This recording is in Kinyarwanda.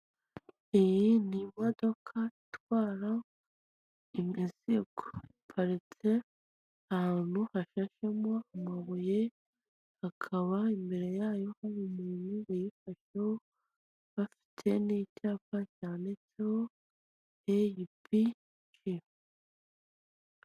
Iyi ni imodoka itwara imizigo iparitse ahantu hashashemo amabuye akaba imbere yayo hari umuntu uyifasheho bafite n'icyapa cyanditseho eyibisi.